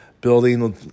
building